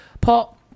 Paul